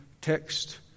text